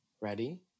Ready